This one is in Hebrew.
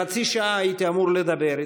חצי שעה הייתי אמור לדבר,